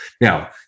Now